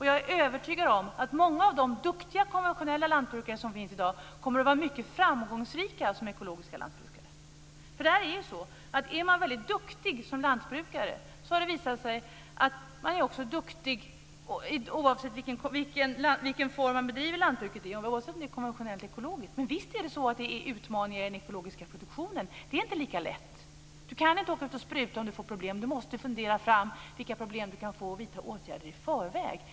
Jag är övertygad om att många av de duktiga konventionella lantbrukare som finns i dag kommer att vara mycket framgångsrika som ekologiska lantbrukare. Det har nämligen visat sig att är man duktig som lantbrukare är man duktig oavsett om man driver ekologiskt eller konventionellt lantbruk. Men visst är det utmaningar i den ekologiska produktionen. Det är inte lika lätt. Man kan inte åka ut och spruta om man får problem. Man måste fundera över vilka problem man kan få och vidta åtgärder i förväg.